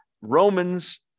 Romans